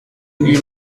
une